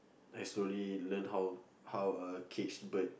I slowly learn how how a cage bird